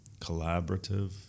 Collaborative